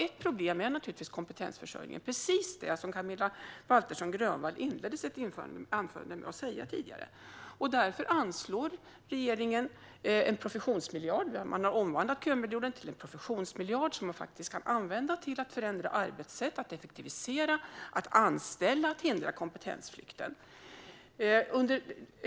Ett problem är naturligtvis kompetensförsörjningen - precis det Camilla Waltersson Grönvall inledde sitt anförande med att säga. Därför anslår regeringen en professionsmiljard. Man har omvandlat kömiljarden till en professionsmiljard som faktiskt kan användas till att förändra arbetssätt, effektivisera, anställa och hindra kompetensflykten.